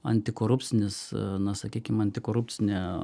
antikorupcinis na sakykim antikorupcinė